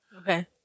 Okay